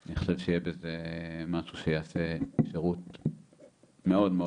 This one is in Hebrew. אני חושב שיהיה בזה משהו שיעשה שירות מאוד מאוד